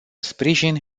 sprijin